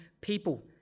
people